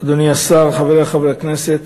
אדוני השר, חברי חברי הכנסת,